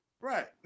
Right